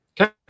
okay